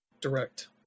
Direct